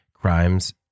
crimes